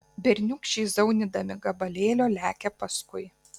berniūkščiai zaunydami gabalėlio lekia paskui